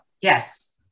Yes